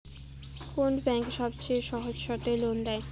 কোন ব্যাংক সবচেয়ে সহজ শর্তে লোন দেয়?